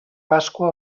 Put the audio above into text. pasqua